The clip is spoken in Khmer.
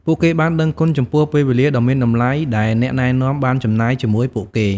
ពួកគេបានដឹងគុណចំពោះពេលវេលាដ៏មានតម្លៃដែលអ្នកណែនាំបានចំណាយជាមួយពួកគេ។